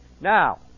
Now